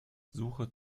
suche